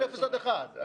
אפס עד אחד קילומטר.